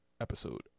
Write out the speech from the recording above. episode